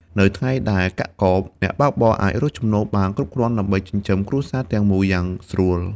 នៅថ្ងៃដែលកាក់កប អ្នកបើកបរអាចរកចំណូលបានគ្រប់គ្រាន់ដើម្បីចិញ្ចឹមគ្រួសារទាំងមូលយ៉ាងស្រួល។